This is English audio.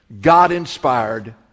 God-inspired